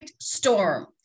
storm